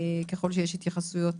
ככל שיש התייחסויות